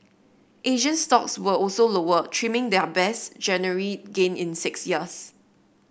Asian stocks were also lower trimming their best January gain in six years